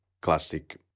classic